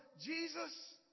Jesus